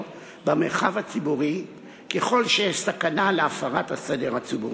במרחב הציבורי ככל שיש סכנה של הפרת הסדר הציבורי.